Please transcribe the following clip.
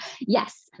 yes